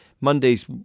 Mondays